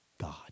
God